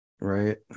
Right